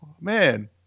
Man